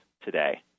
today